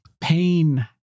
Pain